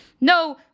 no